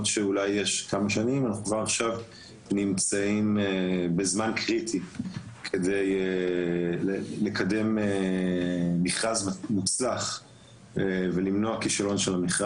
אנחנו נמצאים בזמן קריטי כדי לקדם מכרז מוצלח ולמנוע כישלון שלו.